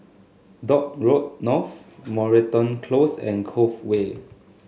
Dock Road North Moreton Close and Cove Way